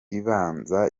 ibanza